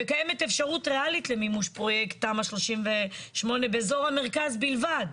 וקיימת אפשרות ריאלית למימוש של פרוייקט תמ"א 38 באזור המרכז בלבד.